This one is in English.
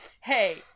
hey